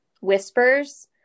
whispers